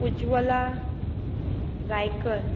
Ujjwala Raikar